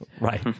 right